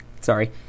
sorry